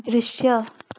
दृश्य